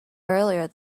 earlier